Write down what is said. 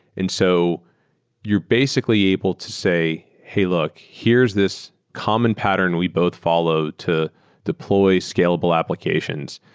and so you're basically able to say, hey, look. here's this common pattern we both follow to deploy scalable applications.